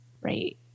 right